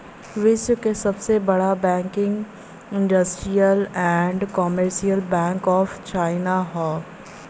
विश्व क सबसे बड़ा bank industrial and commercial bank of China हौ